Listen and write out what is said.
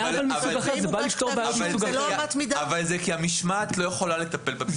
כי המשמעת לא יכולה לטפל במקרים האלה.